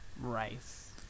rice